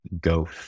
go